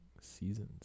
seasons